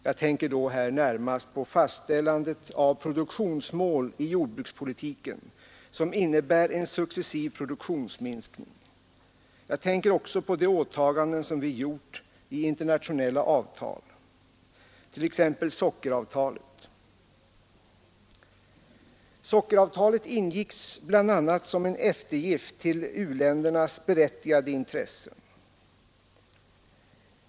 Jag tänker närmast på fastställandet av Onsdagen den produktionsmål i jordbrukspolitiken som innebär en successiv produk 21 mars 1973 tionsminskning. Jag tänker också på de åtaganden som vi gjort i internationella avtal, t.ex. sockeravtalet. Sockeravtalet ingicks bl.a. som en eftergift till u-ländernas berättigade intressen.